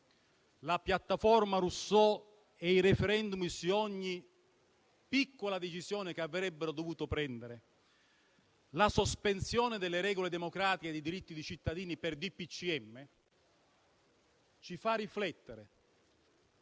la piattaforma Rousseau e i *referendum* su ogni piccola decisione che avrebbero dovuto prendere, la sospensione delle regole democratiche e dei diritti dei cittadini per decreto del